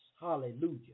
Hallelujah